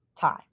time